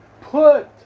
put